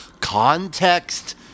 context